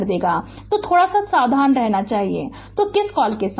तो थोड़ा सा सावधान रहना चाहिए तो किस कॉल के साथ